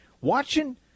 watching